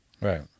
Right